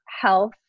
health